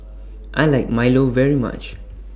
I like Milo very much